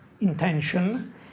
intention